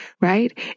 right